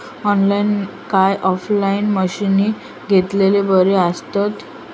Online काय offline मशीनी घेतलेले बरे आसतात?